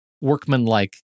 workmanlike